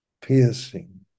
piercing